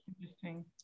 interesting